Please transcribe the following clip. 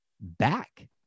back